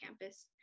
campus